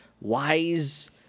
wise